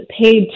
paid